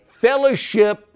fellowship